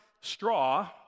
straw